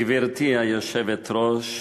גברתי היושבת-ראש,